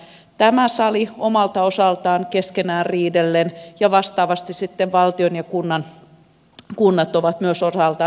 tämä sali omalta osaltaan keskenään riidellen ja vastaavasti sitten valtio ja kunnat ovat myös osaltaan olleet vastakkain